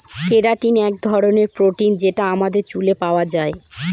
keratin এক ধরনের protein যেটা আমাদের চুলে পাওয়া যায়